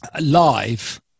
live